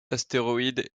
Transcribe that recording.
astéroïde